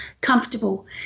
comfortable